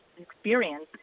experience